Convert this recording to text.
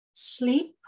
Sleep